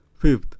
Fifth